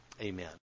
Amen